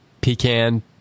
pecan